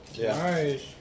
Nice